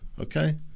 Okay